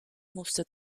musste